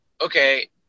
okay